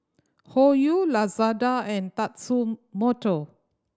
Hoyu Lazada and Tatsumoto